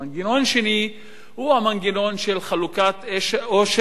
המנגנון השני הוא המנגנון של חלוקת עושר יזומה,